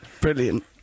Brilliant